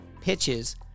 pitches